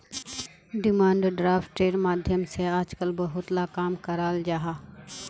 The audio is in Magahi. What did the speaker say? डिमांड ड्राफ्टेर माध्यम से आजकल बहुत ला काम कराल जाहा